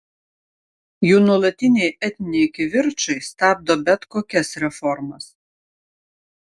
jų nuolatiniai etniniai kivirčai stabdo bet kokias reformas